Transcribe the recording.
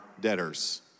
debtors